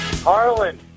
Harlan